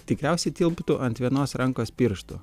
tikriausiai tilptų ant vienos rankos pirštų